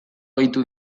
gehitu